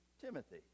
Timothy